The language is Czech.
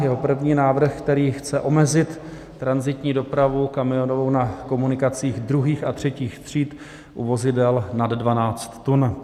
Jeho první návrh, který chce omezit tranzitní dopravu kamionovou na komunikacích druhých a třetích tříd u vozidel nad 12 tun.